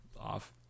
off